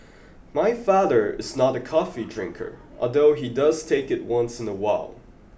my father is not a coffee drinker although he does take it once in a while